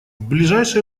ближайшие